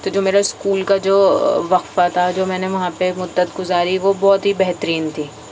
تو جو میرا اسکول کا جو وقفہ تھا جو میں نے وہاں پہ مدت گزاری وہ بہت ہی بہترین تھی